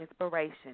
inspiration